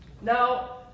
Now